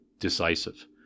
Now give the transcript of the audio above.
decisive